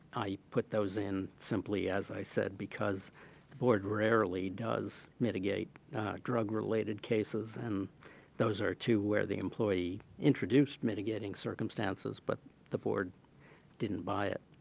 i put those in simply, as i said, because the board rarely does mitigate drug-related cases, and those are two where the employee introduced mitigating circumstances, but the board didn't buy it.